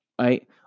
right